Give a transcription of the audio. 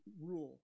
rule